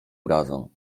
urazą